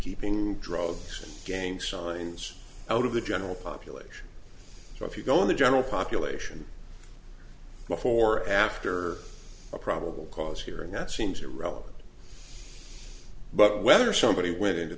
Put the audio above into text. keeping drug gang signs out of the general population so if you go in the general population before after a probable cause hearing that seems irrelevant but whether somebody went into